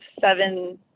seven